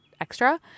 extra